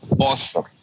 awesome